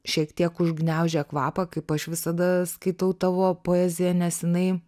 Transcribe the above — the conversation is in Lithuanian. šiek tiek užgniaužę kvapą kaip aš visada skaitau tavo poeziją nes jinai